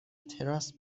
تراس